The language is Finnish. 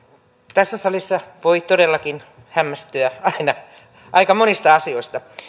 tässä salissa voi todellakin hämmästyä aika monista asioista